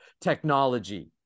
technology